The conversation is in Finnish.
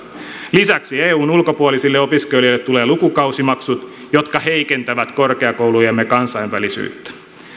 lisäksi eun ulkopuolisille opiskelijoille tulee lukukausimaksut jotka heikentävät korkeakoulujemme kansainvälisyyttä